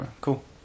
Cool